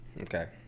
Okay